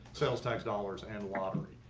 sales, tax dollars and lottery.